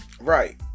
Right